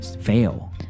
fail